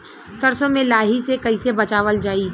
सरसो में लाही से कईसे बचावल जाई?